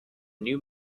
new